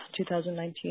2019